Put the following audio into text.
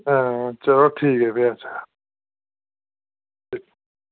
हां चलो ठीक ऐ भी अच्छा